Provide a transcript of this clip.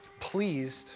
pleased